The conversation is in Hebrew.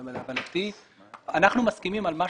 אנחנו מסכימים על מה